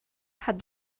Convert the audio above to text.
had